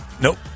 Nope